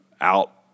out